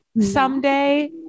someday